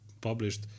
published